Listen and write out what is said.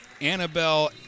Annabelle